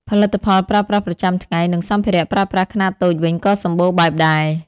ផលិតផលប្រើប្រាស់ប្រចាំថ្ងៃ និងសម្ភារៈប្រើប្រាស់ខ្នាតតូចវិញក៏សម្បូរបែបដែរ ។